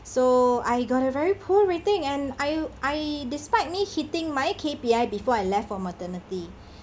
so I got a very poor rating and I I despite me hitting my K_P_I before I left for maternity